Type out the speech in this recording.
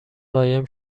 قایم